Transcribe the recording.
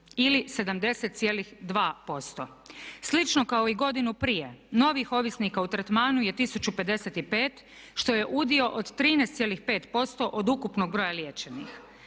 ili 70,2%. Slično kao i godinu prije novih ovisnika u tretmanu je 1055. što je udio od 13,5% od ukupnog broja liječenih.